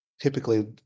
typically